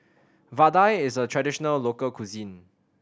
vadai is a traditional local cuisine